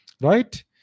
Right